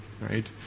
right